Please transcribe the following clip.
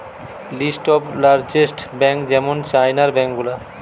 list of largest bank যেমন চাইনার bank গুলা